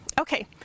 Okay